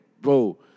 bro